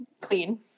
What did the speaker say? Clean